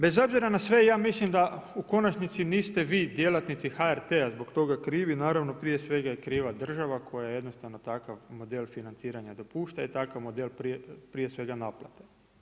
Bez obzira na sve, ja mislim da u konačnici niste vi djelatnici HRT-a zbog toga krivi, naravno, prije svega je kriva država koja jednostavno takav model financiranja dopušta i takav model prije svega naplate.